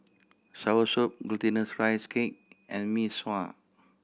soursop Glutinous Rice Cake and Mee Sua